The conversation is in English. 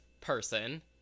person